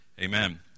Amen